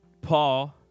Paul